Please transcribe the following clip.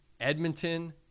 Edmonton